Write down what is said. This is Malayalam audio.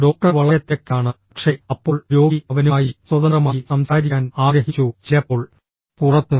ഡോക്ടർ വളരെ തിരക്കിലാണ് പക്ഷേ അപ്പോൾ രോഗി അവനുമായി സ്വതന്ത്രമായി സംസാരിക്കാൻ ആഗ്രഹിച്ചു ചിലപ്പോൾ പുറത്ത്